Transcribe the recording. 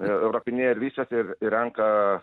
ropinėja lysvėse ir renka